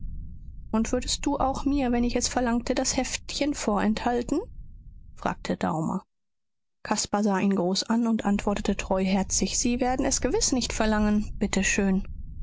und würdest du auch mir wenn ich es verlangte das heftchen vorenthalten fragte daumer caspar sah ihn groß an und antwortete treuherzig sie werden es gewiß nicht verlangen bitte schön